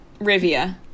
Rivia